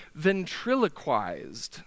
ventriloquized